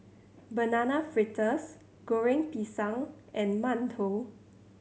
Banana Fritters Goreng Pisang and mantou